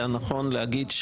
היה נכון להגיד,